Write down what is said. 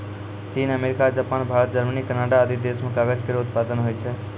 चीन, America, Japan, Bharat, Germany, Canada आदि देस म कागज केरो उत्पादन होय छै